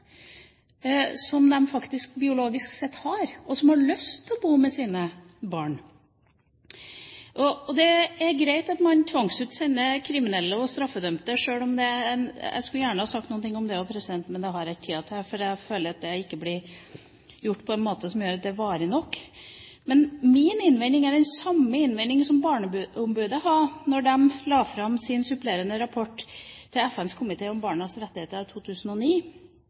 som de faktisk biologisk sett har, og som har lyst til å bo med sine barn. Det er greit at man tvangsutsender kriminelle og straffedømte. Jeg skulle gjerne ha sagt noe om det også – men det har jeg ikke tid til – for jeg føler at det ikke blir gjort på en måte som gjør at det er varig nok. Min innvending er den samme innvendingen som barneombudet hadde da de la fram sin supplerende rapport til FNs komité for barnets rettigheter av 2009,